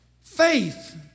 faith